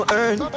earn